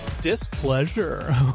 displeasure